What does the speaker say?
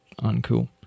uncool